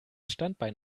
standbein